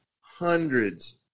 hundreds